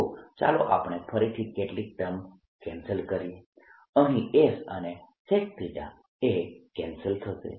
તો ચાલો આપણે ફરીથી કેટલીક ટર્મ કેન્સલ કરીએ અહીં s અને secθ કેન્સલ થશે